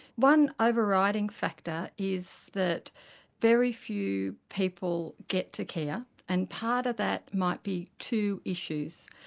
one overriding factor is that very few people get to care and part of that might be two issues.